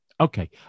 Okay